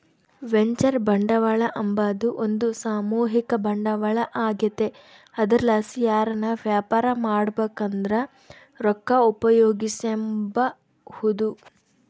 venture ಬಂಡವಾಳ ಅಂಬಾದು ಒಂದು ಸಾಮೂಹಿಕ ಬಂಡವಾಳ ಆಗೆತೆ ಅದರ್ಲಾಸಿ ಯಾರನ ವ್ಯಾಪಾರ ಮಾಡ್ಬಕಂದ್ರ ರೊಕ್ಕ ಉಪಯೋಗಿಸೆಂಬಹುದು